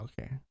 Okay